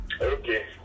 Okay